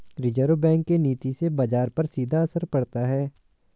reserve bank के नीति से बाजार पर सीधा असर पड़ता है